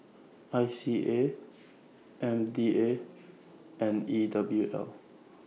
I C A M D A and E W L